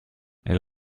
elle